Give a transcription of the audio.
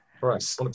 Right